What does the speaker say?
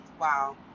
wow